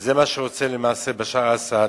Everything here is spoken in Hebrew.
זה מה שרוצה למעשה בשאר אסד,